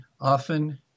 often